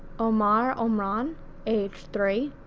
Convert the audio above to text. omar omran age three,